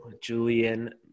Julian